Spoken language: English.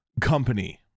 company